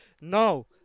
Now